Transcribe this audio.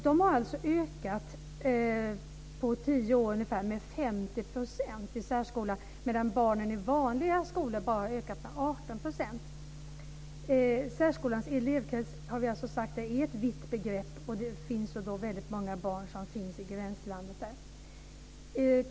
De har alltså ökat med 50 % på ungefär tio år i särskolan, medan barnen i vanliga skolor bara har ökat med 18 %. Särskolans elevkrets, har vi sagt, är ett vitt begrepp, och det finns väldigt många barn i gränslandet.